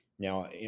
Now